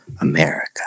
America